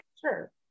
sure